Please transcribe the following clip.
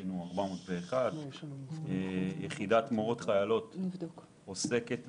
התקן הוא 401. יחידת מורות חיילות עוסקת